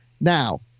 Now